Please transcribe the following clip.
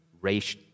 race